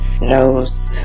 knows